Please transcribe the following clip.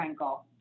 Frankel